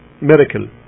miracle